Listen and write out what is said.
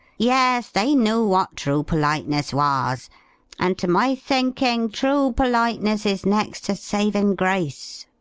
yes, they knew what true politeness was and to my thinking true politeness is next to saving grace.